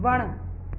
वण